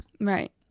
Right